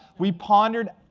we pondered,